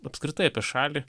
apskritai apie šalį